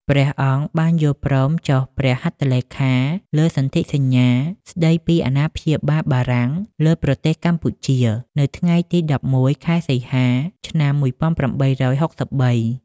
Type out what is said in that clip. ព្រះអង្គបានយល់ព្រមចុះព្រះហស្តលេខាលើសន្ធិសញ្ញាស្តីពីអាណាព្យាបាលបារាំងលើប្រទេសកម្ពុជា នៅថ្ងៃទី ១១ ខែសីហា ឆ្នាំ ១៨៦៣។